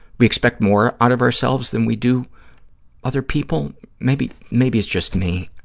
we expect more out of ourselves than we do other people. maybe maybe it's just me.